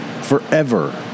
forever